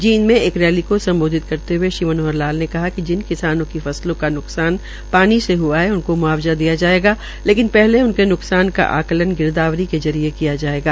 जींद में एक रैली को स्म्बोधित करते हुए श्री मनोहर लाल ने कहा कि जिन किसानों की फसलों का न्कसान पानी से हआ है उनको मुआवजा दिया जायेगा लेकिन पहले उनके न्कसान का आंकलन गिरदावरी के जरिये किया जायेगा